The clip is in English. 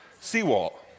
seawall